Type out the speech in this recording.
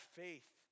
faith